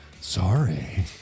Sorry